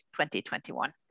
2021